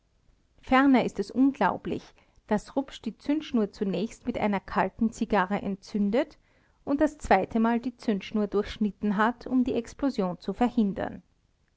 ferner ist es unglaublich daß rupsch die zündschnur zunächst mit einer kalten zigarre entzündet und das zweitemal die zündschnur durchschnitten hat um die explosion zu verhindern